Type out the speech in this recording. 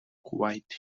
quite